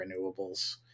renewables